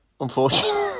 Unfortunately